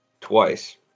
Twice